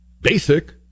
basic